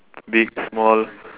big small